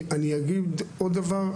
אני אגיד עוד דבר,